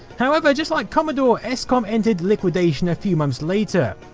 however, just like commodore, escom entered liquidation a few months later.